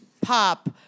pop